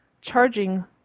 charging